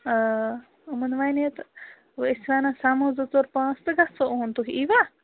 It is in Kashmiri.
آ یِمَن وَنے تہٕ وٕ أسۍ وَنان سَمو زٕ ژور پانٛژھ تہٕ گژھو اُہُند تُہۍ یٖوٕ